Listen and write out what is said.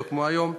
לא כמו היום.